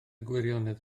gwirionedd